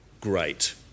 great